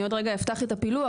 אני עוד רגע אפתח את הפילוח,